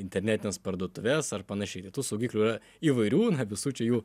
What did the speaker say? internetines parduotuves ar panšiai tai tų saugiklių yra įvairių na visų čia jų